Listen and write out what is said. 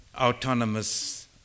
autonomous